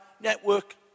network